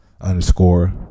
underscore